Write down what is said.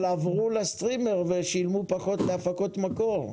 אבל עברו לסטרימר ושילמו פחות להפקות מקור.